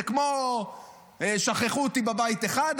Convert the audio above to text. זה כמו שכחו אותי בבית 1,